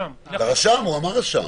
לרשם, הוא אמר רשם.